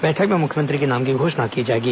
बैठक में मुख्यमंत्री के नाम की घोषणा की जाएगी